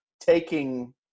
taking